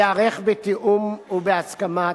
ייערך בתיאום ובהסכמה,